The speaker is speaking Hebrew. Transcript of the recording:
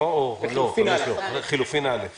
אחרי "חיוניות המעצר"